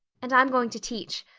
and i'm going to teach.